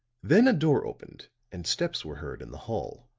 then a door opened and steps were heard in the hall.